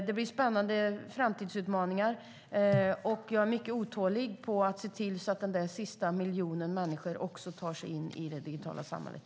Det är spännande framtidsutmaningar, och jag är mycket otålig när det gäller att se till att den där sista miljonen människor också tar sig in i det digitala samhället.